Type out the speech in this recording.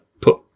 put